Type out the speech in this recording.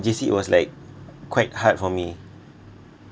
J_C was like quite hard for me